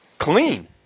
clean